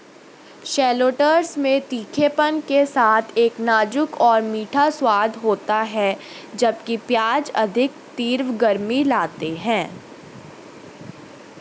shallots में तीखेपन के साथ एक नाजुक और मीठा स्वाद होता है, जबकि प्याज अधिक तीव्र गर्मी लाते हैं